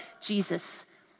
Jesus